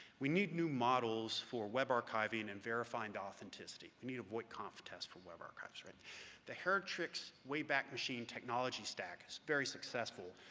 we need new models for web archiving and verifying authenticity. we need a voight-kampff test for web archives. the heritrix wayback machine technology stack is very successful,